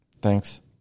thanks